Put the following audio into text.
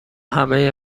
همه